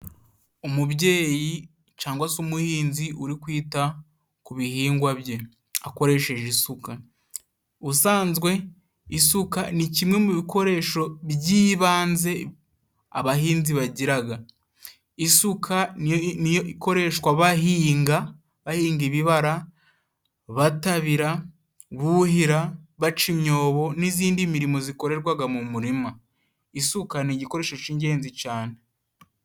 Umubyeyi cangwa se umuhinzi uri kwita ku bihingwa bye akoresheje isuka. Usanzwe isuka ni kimwe mu bikoresho by'ibanze abahinzi bagiraga. Isuka niyo ikoreshwa bahinga. Bahinga ibibara, batabira, buhira baca imyobo n'izindi mirimo zikorerwaga mu murima. Isuka ni igikoresho cy'ingenzi cane.